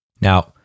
Now